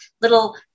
little